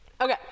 Okay